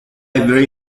very